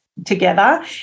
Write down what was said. together